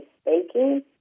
speaking